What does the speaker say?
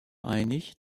einig